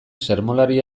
sermolari